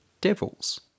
devils